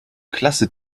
klasse